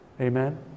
amen